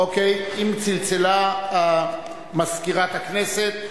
אם צלצלה מזכירת הכנסת,